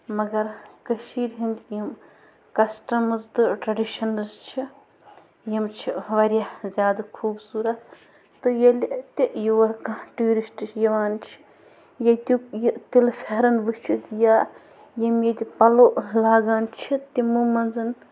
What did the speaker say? مگر کٔشیٖر ہٕنٛدۍ یِم کَسٹَمٕز تہِ ٹرڈیشنز چھِ یِم چھِ واریاہ زیادٕ خوٗبصوٗرَت تہٕ ییٚلہِ تہِ یور کانٛہہ ٹُوٗرِسٹ چھِ یِوان چھِ ییٚتیُک یہِ تِلہٕ فٮ۪رَن وٕچھِتھ یا یِم ییٚتہِ پَلَو لاگان چھِ تِمَو منٛز